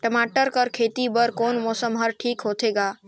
टमाटर कर खेती बर कोन मौसम हर ठीक होथे ग?